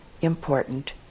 important